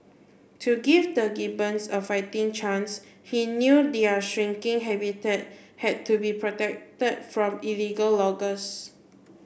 to give the gibbons a fighting chance he knew their shrinking habitat had to be protected from illegal loggers